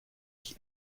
ich